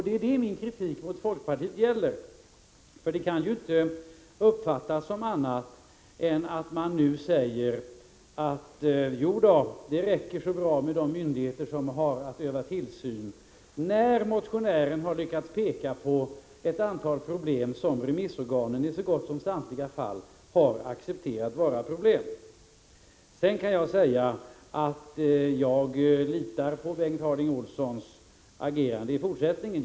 Det är det min kritik mot folkpartiet gäller. Det kan ju inte uppfattas på annat sätt än att man från folkpartiets sida säger: Det räcker så bra med de myndigheter som har att utöva tillsynen. Detta säger man, när motionären har lyckats peka på ett antal problem som remissorganen i så gott som samtliga fall har accepterat vara problem. Sedan kan jag säga att jag litar på Bengt Harding Olsons agerande i fortsättningen.